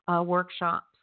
workshops